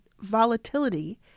volatility